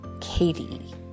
Katie